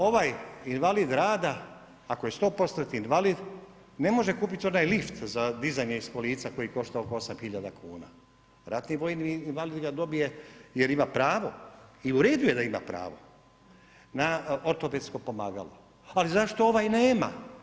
Ovaj invalid rada ako je stopostotni invalid, ne može kupit onaj lift za dizanje iz kolica koji košta oko 8000 kuna, ratni vojni invalid ga dobije jer ima pravo i u redu je da ima pravo na ortopedsko pomagalo, ali zašto ovaj nema?